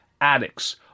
addicts